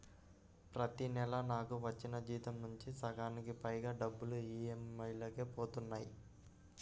ప్రతి నెలా నాకు వచ్చిన జీతం నుంచి సగానికి పైగా డబ్బులు ఈఎంఐలకే పోతన్నాయి